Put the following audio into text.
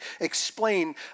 explain